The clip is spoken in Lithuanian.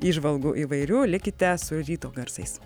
įžvalgų įvairių likite su ryto garsais